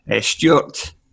Stuart